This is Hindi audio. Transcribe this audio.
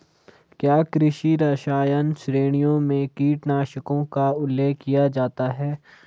क्या कृषि रसायन श्रेणियों में कीटनाशकों का उल्लेख किया जाता है?